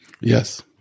Yes